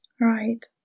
Right